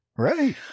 Ready